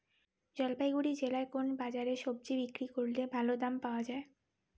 জলপাইগুড়ি জেলায় কোন বাজারে সবজি বিক্রি করলে ভালো দাম পাওয়া যায়?